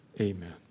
Amen